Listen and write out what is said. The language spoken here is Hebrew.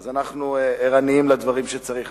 אז אנחנו ערניים לדברים שצריך.